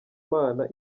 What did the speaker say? mana